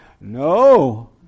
No